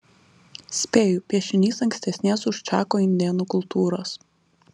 spėju piešinys ankstesnės už čako indėnų kultūros